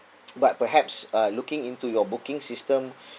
but perhaps uh looking into your booking system